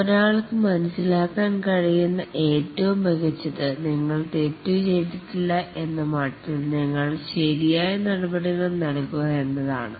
ഒരാൾക്ക് മനസ്സിലാക്കാൻ കഴിയുന്ന ഏറ്റവും മികച്ചത് നിങ്ങൾ തെറ്റുകൾ ചെയ്തിട്ടില്ല എന്ന മട്ടിൽ നിങ്ങൾക്ക് ശരിയായ നടപടികൾ നൽകുക എന്നതാണ്